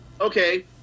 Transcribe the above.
Okay